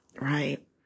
right